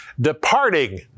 departing